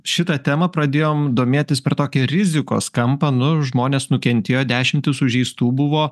šita tema pradėjom domėtis per tokį rizikos kampą nu žmonės nukentėjo dešimtys sužeistų buvo